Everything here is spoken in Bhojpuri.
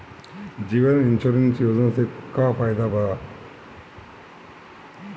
जीवन इन्शुरन्स योजना से का फायदा बा?